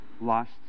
lost